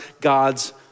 God's